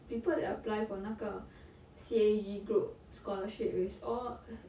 people that apply for 那个 C_A_G group scholarship is all